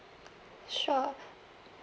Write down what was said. sure